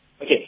Okay